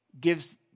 gives